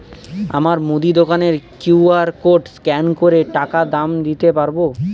আমার মুদি দোকানের কিউ.আর কোড স্ক্যান করে টাকা দাম দিতে পারব?